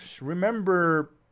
remember